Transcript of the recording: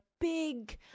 big